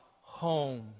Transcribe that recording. home